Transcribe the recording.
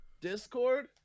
discord